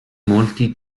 molti